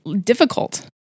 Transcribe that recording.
difficult